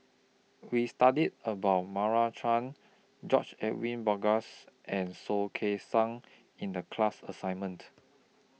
We studied about Meira Chand George Edwin Bogaars and Soh Kay Siang in The class assignment